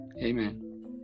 amen